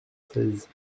seize